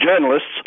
journalists